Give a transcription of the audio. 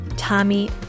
Tommy